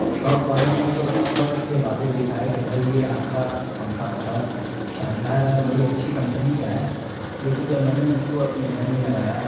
shop والے نے تو بہت اچھے وعدے دکھائے کہ بھائی یہ آپ کا پنکھا بہت شاندار ہے اور بڑی اچھی کمپنی کا ہے لیکن جب میں نے اس کو اپنے گھر میں لگایا